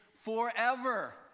forever